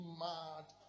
mad